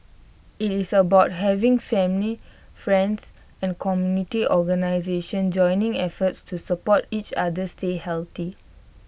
IT is about having family friends and community organisations joining efforts to support each other stay healthy